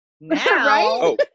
Now